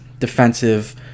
defensive